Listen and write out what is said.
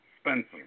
Spencer